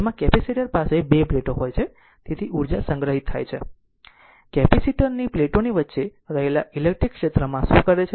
તેમાં કેપેસિટર પાસે બે પ્લેટો હોય છે તેથી ઉર્જા સંગ્રહિત થાય છે કેપેસિટર ની પ્લેટોની વચ્ચે રહેલા ઇલેક્ટ્રિક ક્ષેત્રમાં શું કરે છે